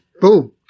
boom